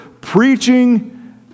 preaching